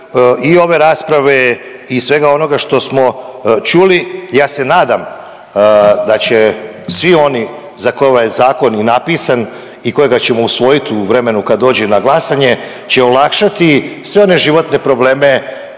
i ove rasprave i svega onoga što smo čuli, ja se nadam da će svi oni za koje je ovaj Zakon i napisan i kojega ćemo usvojiti u vremenu kad dođe na glasanje će olakšati sve one životne probleme